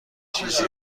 چیزی